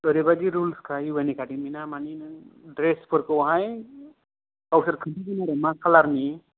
ओरैबादि रुल थायो इउएन एकादेमिना माने नों द्रेस फोरखौहाय खोन्थागोन आरो मा खालारनि